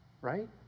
right